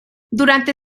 durante